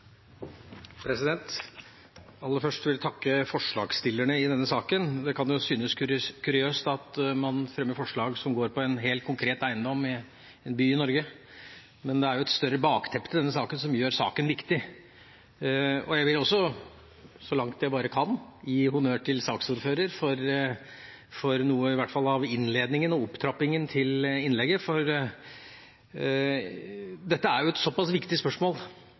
protokollen. Aller først vil jeg takke forslagsstillerne i denne saken. Det kan synes kuriøst at man fremmer forslag som går på en helt konkret eiendom i en by i Norge, men det er et større bakteppe til denne saken som gjør saken viktig. Jeg vil også, så langt jeg bare kan, gi honnør til saksordføreren for i hvert fall noe av innledningen og opptrappingen til innlegget, for dette er jo et såpass viktig spørsmål